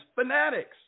fanatics